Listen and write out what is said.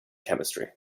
chemistry